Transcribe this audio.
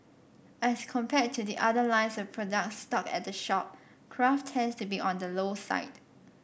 as compared to the other lines of products stocked at the shop craft tends to be on the low side